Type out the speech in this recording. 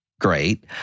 Great